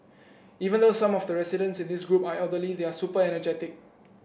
even though some of the residents in this group are elderly they are super energetic